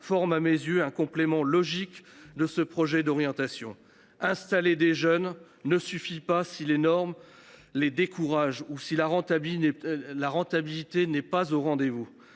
à mes yeux un complément logique du présent projet de loi d’orientation. Installer des jeunes ne suffira pas si les normes les découragent ou si la rentabilité n’est pas au rendez vous.